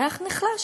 הריח נחלש.